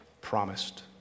promised